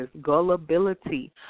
gullibility